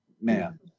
man